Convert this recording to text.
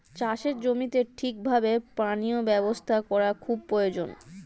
চাষের জমিতে ঠিক ভাবে পানীয় ব্যবস্থা করা খুবই প্রয়োজন